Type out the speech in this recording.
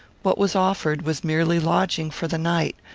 what was offered was merely lodging for the night.